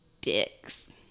dicks